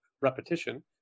repetition